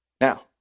Now